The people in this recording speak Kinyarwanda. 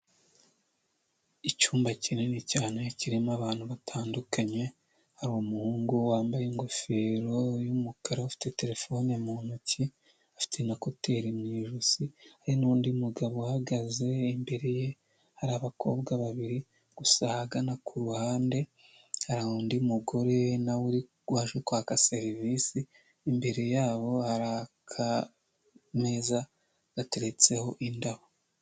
Icyumba kinini cyane kirimo abantu batandukanye, hari umuhungu wambaye ingofero y'umukara ufite terefone mu ntoki, afite na kuteri mu ijosi, hari nundi mugabo uhagaze imbere ye hari abakobwa babiri, gusa ahagana ku ruhande hari undi mugore nawe uri waje kwaka serivisi, imbere yabo hari akameza gateretseho indabo.